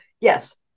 Yes